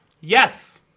Yes